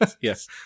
Yes